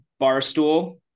Barstool